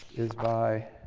is by